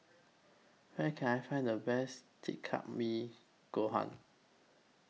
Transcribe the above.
Where Can I Find The Best Takikomi Gohan